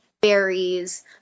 berries